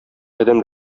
адәм